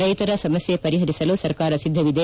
ರೈತರ ಸಮಸ್ಕೆ ಪರಿಪರಿಸಲು ಸರ್ಕಾರ ಸಿದ್ಧವಿದೆ